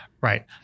Right